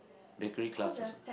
bakery classes